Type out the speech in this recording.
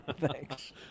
Thanks